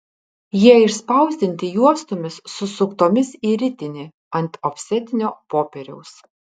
jie išspausdinti juostomis susuktomis į ritinį ant ofsetinio popieriaus